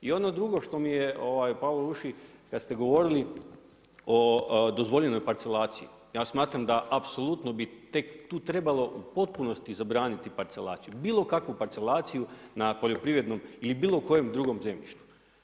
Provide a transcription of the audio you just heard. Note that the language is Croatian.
I ono drugo što mi je palo u uši kada ste govorili o dozvoljenoj parcelaciji, ja smatram da apsolutno bi tek tu trebalo zabraniti parcelaciju, bilo kakvu parcelaciju na poljoprivrednom ili bilo kojem drugom zemljištu.